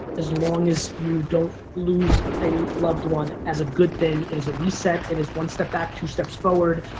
as long as you don't lose a loved one, as a good thing. it is a reset. it is one step back, two steps forward.